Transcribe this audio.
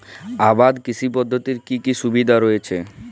আবাদ কৃষি পদ্ধতির কি কি সুবিধা রয়েছে?